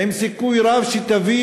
עם סיכוי רב שהיא תביא